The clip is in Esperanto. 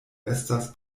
estas